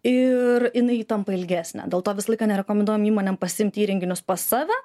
ir jinai tampa ilgesnė dėl to visą laiką nerekomenduojam įmonėm pasiimti įrenginius pas save